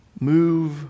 Move